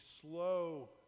slow